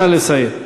נא לסיים.